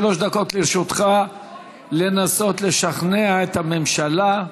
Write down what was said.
שלוש דקות לרשותך לנסות לשכנע את הממשלה,